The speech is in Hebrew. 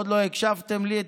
עוד לא הקשבתם לי,